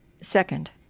Second